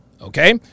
Okay